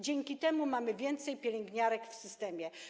Dzięki temu mamy więcej pielęgniarek w systemie.